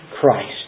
Christ